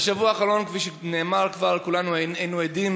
בשבוע האחרון, כפי שנאמר כבר, כולנו היינו עדים